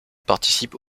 participe